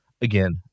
again